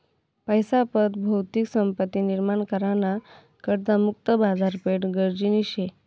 पैसा पत भौतिक संपत्ती निर्माण करा ना करता मुक्त बाजारपेठ गरजनी शे